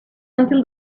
until